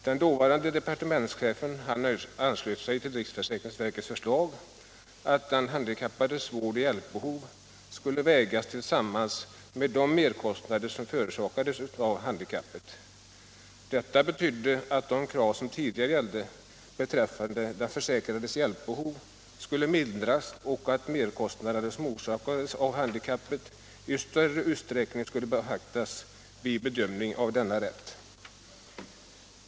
Den dåvarande departementschefen anslöt sig till riksförsäkringsverkets förslag att den handikappades vårdoch hjälpbehov skulle vägas tillsammans med de merkostnader som förorsakades av handikappet. Detta betydde att de krav som tidigare gällde beträffande den försäkrades hjälpbehov skulle mildras och att merkostnaderna på grund av handikappet i större utsträckning skulle beaktas vid bedömningen av rätt till handikappersättning.